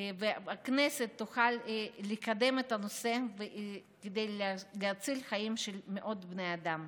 והכנסת תוכל לקדם את הנושא כדי להציל חיים של מאות בני אדם.